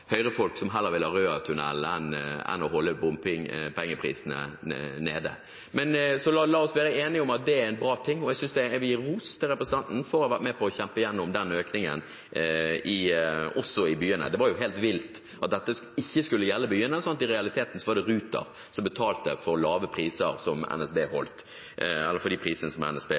Høyre-folk som heller vil ha Røatunnelen enn å holde bompengeprisene nede. La oss være enige om at det hadde vært bra. Jeg vil gi ros til representanten for å ha vært med på å kjempe igjennom den økningen også i byene. Det var jo helt vilt at dette ikke skulle gjelde byene, slik at det i realiteten var Ruter som betalte for de lave prisene som NSB holdt. La meg kommentere noe av det andre som